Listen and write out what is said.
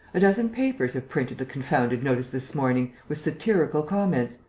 a dozen papers have printed the confounded notice this morning, with satirical comments.